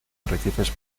arrecifes